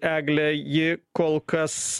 eglė ji kol kas